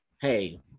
hey